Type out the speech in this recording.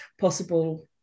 possible